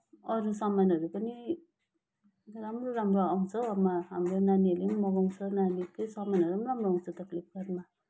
अरू सामानहरू पनि राम्रो राम्रो आउँछ अब हाम्रो नानीहरूले पनि मगाउँछ नानीहरूकै सामानहरू पनि राम्रो आउँछ त फ्लिपकार्टमा